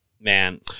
Man